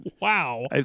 Wow